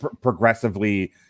progressively